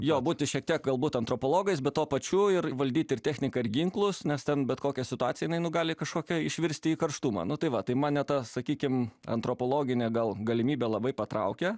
jo būti šiek tiek galbūt antropologais bet tuo pačiu ir valdyti ir techniką ir ginklus nes ten bet kokią situaciją jinai nu gali kažkokia išvirsti į karštumą nu tai va tai mane ta sakykim antropologinė gal galimybė labai patraukia